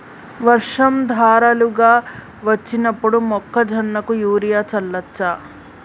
వర్షం ధారలుగా వచ్చినప్పుడు మొక్కజొన్న కు యూరియా చల్లచ్చా?